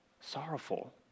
sorrowful